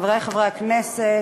חברי חברי הכנסת,